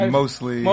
mostly